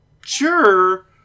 sure